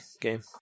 game